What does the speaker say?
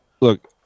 Look